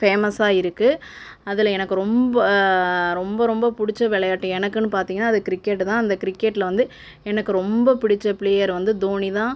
ஃபேமஸாக இருக்கு அதில் எனக்கு ரொம்ப ரொம்ப ரொம்ப பிடிச்ச விளையாட்டு எனக்குன்னு பார்த்தீங்கன்னா அது கிரிக்கெட்டு தான் அந்த கிரிக்கெட்டில் வந்து எனக்கு ரொம்ப பிடித்த பிளேயர் வந்து தோனிதான்